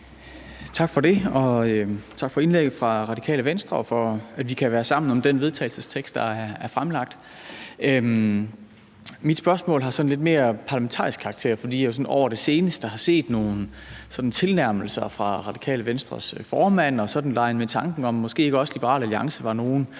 Tak for det, og tak for indlægget fra Radikale Venstre og for, at vi kan være sammen om den vedtagelsestekst, der er fremsat. Mit spørgsmål har sådan lidt mere parlamentarisk karakter, fordi jeg jo sådan over den seneste tid har set nogle tilnærmelser fra Radikale Venstres formand, og man har leget med tanken om, om måske ikke også Liberal Alliance var nogle,